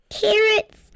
Carrots